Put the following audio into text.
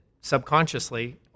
subconsciously